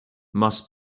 must